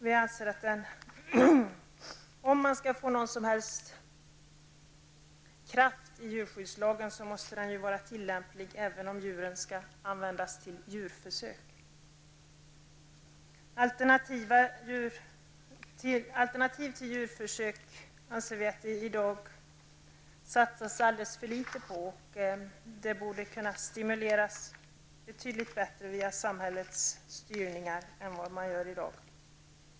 Vi anser att om man skall kunna få någon som helst kraft i djurskyddslagen måste den vara tillämplig även när djuren skall användas för djurförsök. Vi anser att det i dag satsas alldeles för litet på alternativ till djurförsök. De borde kunna stimuleras betydligt bättre via samhällets styrning än vad man gör i dag.